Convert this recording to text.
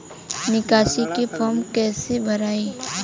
निकासी के फार्म कईसे भराई?